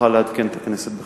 נוכל לעדכן את הכנסת בכך.